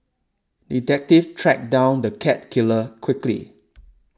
detective tracked down the cat killer quickly